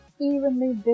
evenly